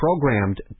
programmed